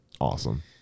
Awesome